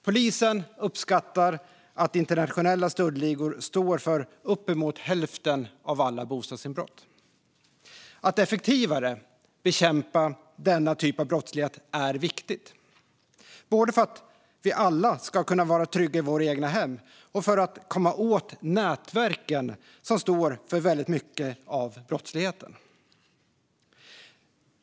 Polisen uppskattar att internationella stöldligor står för uppemot hälften av alla bostadsinbrott. Att effektivare bekämpa denna typ av brottslighet är viktigt. Det är både för att vi alla ska kunna vara trygga i våra egna hem och för att komma åt nätverken som står för väldigt mycket av brottsligheten.